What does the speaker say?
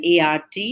ART